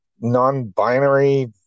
non-binary